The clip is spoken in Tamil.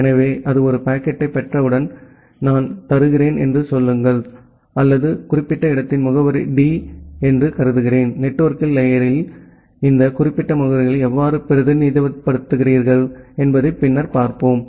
எனவே அது ஒரு பாக்கெட்டைப் பெற்றவுடன் நான் தருகிறேன் என்று சொல்லுங்கள் அல்லது இந்த குறிப்பிட்ட இடத்தின் முகவரி டி என்று கருதுகிறேன் நெட்வொர்க் லேயரில் இந்த குறிப்பிட்ட முகவரிகளை எவ்வாறு பிரதிநிதித்துவப்படுத்துகிறோம் என்பதை பின்னர் பார்ப்போம்